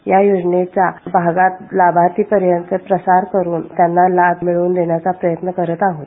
या योजनेचा भागातील लाभार्थी परियंन्त प्रसार करून त्यांना लाभ मिळवून देण्याचा प्रयत्न करत आहोत